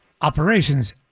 operations